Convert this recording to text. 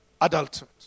adulthood